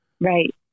right